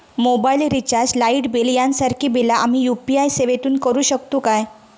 Mobile recharge, light bill यांसारखी बिला आम्ही यू.पी.आय सेवेतून करू शकतू काय?